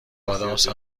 ادامس